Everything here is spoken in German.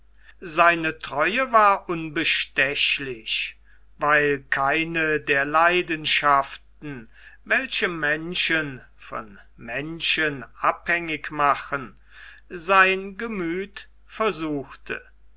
seine treue war unbestechlich weil keine der leidenschaften welche menschen von menschen abhängig machen sein gemüth versuchte